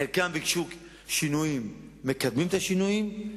חלקן ביקשו שינויים, מקדמים את השינויים.